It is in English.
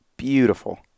Beautiful